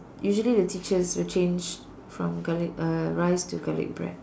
usually the teachers will change from garlic uh rice to garlic bread